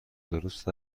درست